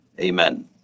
Amen